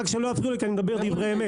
רק שלא יפריעו לי כי אני מדבר דברי אמת.